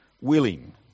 willing